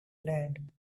land